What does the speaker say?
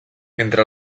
entre